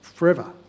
forever